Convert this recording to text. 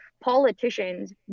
politicians